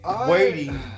Waiting